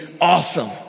awesome